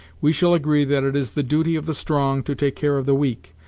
we shall agree that it is the duty of the strong to take care of the weak,